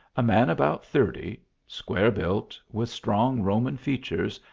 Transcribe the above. a man about thirty, square built, with strong roman features,